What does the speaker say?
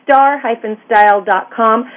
Star-Style.com